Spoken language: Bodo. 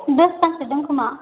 दसतासो दं खोमा